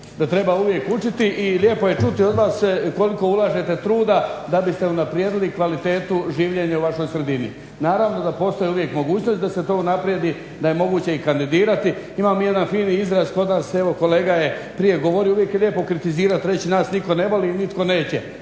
treba uvijek učiti, i lijepo je čuti od vas, koliko ulažete truda da biste unaprijedili kvalitetu življenja u vašoj sredini. Naravno da postoje uvijek mogućnosti da se to unaprijedi, da je moguće i kandidirati. Imamo jedan fini izraz kod nas, evo kolega je prije govorio, uvijek je lijepo kritizirati, reći nas nitko ne voli i nitko neće.